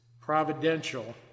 providential